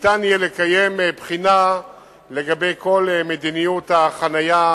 יהיה אפשר לקיים בחינה של כל מדיניות החנייה,